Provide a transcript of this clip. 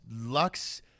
Lux